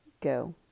go